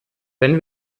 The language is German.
wenn